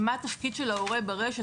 ומה התפקיד של ההורה ברשת.